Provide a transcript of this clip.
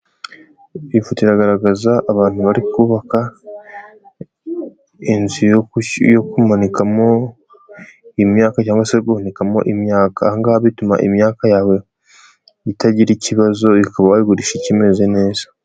Iyi foto iragaragaza abantu bari kubaka inzu yo kumanikamo imyaka cyangwa se guhunikamo imyaka. Aha ngaha bituma imyaka yawe itagira ikibazo, ukaba wayigurisha ikimeze neza.